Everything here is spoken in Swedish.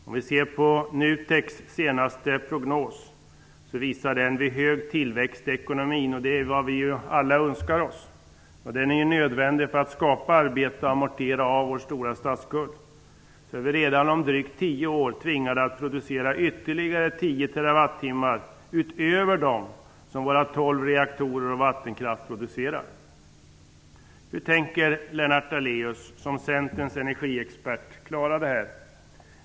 NUTEK:s senaste prognos visar att vi vid hög tillväxt i ekonomin -- det är vad vi alla önskar oss, den är nödvändig för att skapa arbete och låta oss amortera av vår stora statsskuld -- redan om tio år är tvingade att producera ytterligare 10 TWh utöver de som våra tolv reaktorer och vår vattenkraft producerar. Hur tänker Lennart Daléus som Centerns energiexpert klara det?